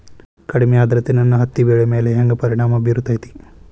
ಕಡಮಿ ಆದ್ರತೆ ನನ್ನ ಹತ್ತಿ ಬೆಳಿ ಮ್ಯಾಲ್ ಹೆಂಗ್ ಪರಿಣಾಮ ಬಿರತೇತಿ?